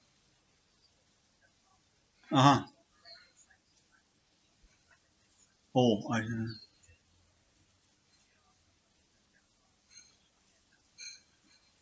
(uh huh) oh I'm